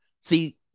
see